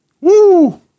woo